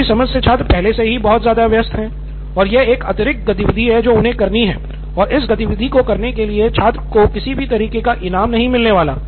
मेरी समझ से छात्र पहले से ही बहुत ज्यादा व्यस्त हैं और यह एक अतिरिक्त गतिविधि है जो उन्हें करनी है और इस गतिविधि को करने के लिए छात्र को किसी भी तरह का इनाम नहीं मिलने वाला